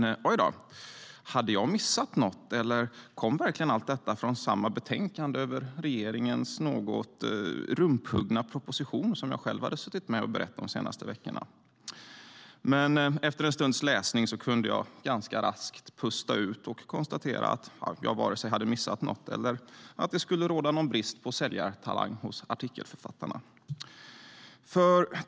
Oj då, hade jag missat något, eller kom verkligen allt detta från samma betänkande över regeringens något rumphuggna proposition som jag själv hade suttit med och berett de senaste veckorna? Efter en stunds läsning kunde jag dock pusta ut och konstatera att jag varken hade missat något eller att det skulle råda någon brist på säljartalang hos artikelförfattarna.